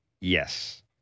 Yes